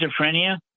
schizophrenia